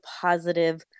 positive